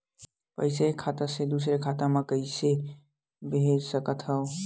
पईसा एक खाता से दुसर खाता मा कइसे कैसे भेज सकथव?